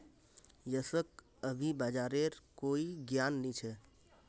यशक अभी बाजारेर कोई ज्ञान नी छ